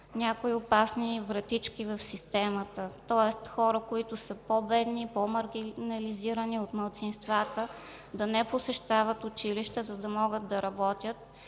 някои опасни вратички в системата, тоест хора, които са по-бедни, по-маргинализирани, от малцинствата да не посещават училище, за да могат да работят